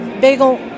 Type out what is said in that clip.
Bagel